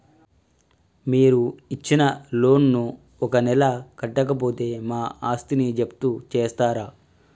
మీరు ఇచ్చిన లోన్ ను ఒక నెల కట్టకపోతే మా ఆస్తిని జప్తు చేస్తరా?